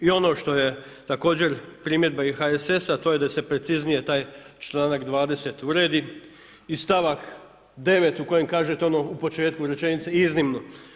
I ono što je također primjedba i HSS-a a to je da se preciznije taj članak 20. uredi i stavak 9. u kojem kažete ono u početku rečenice iznimno.